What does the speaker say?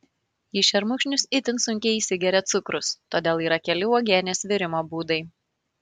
į šermukšnius itin sunkiai įsigeria cukrus todėl yra keli uogienės virimo būdai